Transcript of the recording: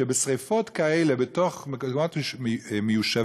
שבשרפות כאלה בתוך מקומות מיושבים,